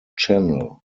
channel